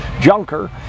junker